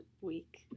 week